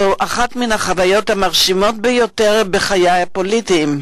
הייתה אחת החוויות המרשימות ביותר בחיי הפוליטיים.